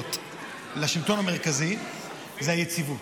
המקומיות לשלטון המרכזי זה היציבות.